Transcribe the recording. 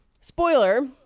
Spoiler